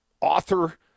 author